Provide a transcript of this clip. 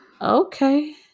Okay